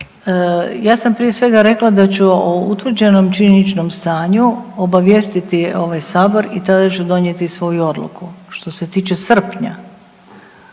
Ja sam prije svega rekla da ću o utvrđenom činjeničnom stanju obavijestiti ovaj sabor i tada ću donijeti svoju odluku. Što se tiče srpnja